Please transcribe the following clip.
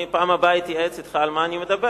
אני בפעם הבאה אתייעץ אתך על מה אני אדבר,